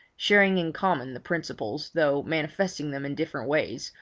sharing in common the principles, though manifesting them in different ways,